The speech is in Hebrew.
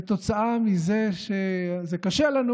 כתוצאה מזה שזה קשה לנו,